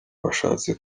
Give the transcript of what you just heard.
bashatse